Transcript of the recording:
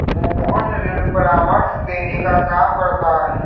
मोहन ऋण परामर्श देने का काम करता है